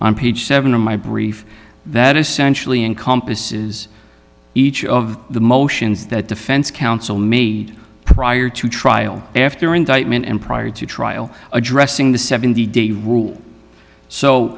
ph seven in my brief that essentially encompasses each of the motions that defense counsel made prior to trial after indictment and prior to trial addressing the seventy day rule so